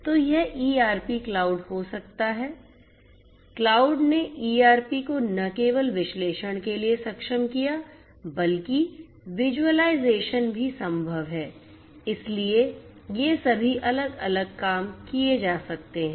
तो यह ERP cloud हो सकता है क्लाउड ने ईआरपी को न केवल विश्लेषण के लिए सक्षम किया बल्कि विज़ुअलाइज़ेशन भी संभव है इसलिए ये सभी अलग अलग काम किए जा सकते हैं